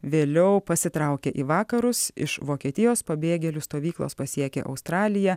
vėliau pasitraukė į vakarus iš vokietijos pabėgėlių stovyklos pasiekė australiją